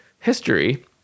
history